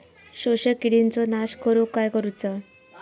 शोषक किडींचो नाश करूक काय करुचा?